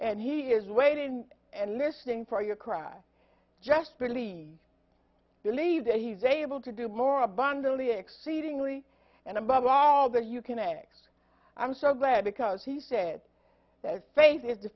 and he is waiting and listening for your cry i just believe believe that he's able to do more abundantly exceedingly and above all the you connect i'm so glad because he said that faith is the